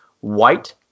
white